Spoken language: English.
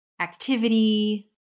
activity